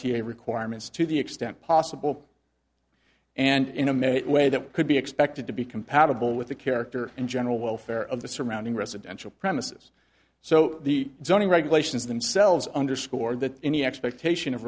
a requirements to the extent possible and in a minute way that could be expected to be compatible with the character and general welfare of the surrounding residential premises so the zoning regulations themselves underscored that any expectation of